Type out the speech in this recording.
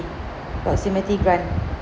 proximity grant